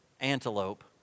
antelope